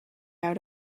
out